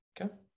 Okay